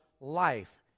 life